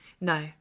No